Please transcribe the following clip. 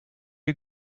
you